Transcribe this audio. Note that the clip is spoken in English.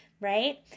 right